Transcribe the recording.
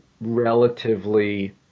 relatively